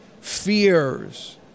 fears